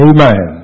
Amen